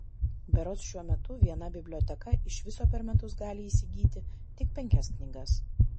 berods šiuo metu viena biblioteka iš viso per metus gali įsigyti tik penkias knygas